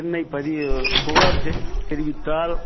எண்ணை பதிய புகார் செய் தெரிவித்தால்